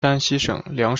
山西省